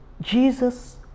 jesus